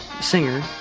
singer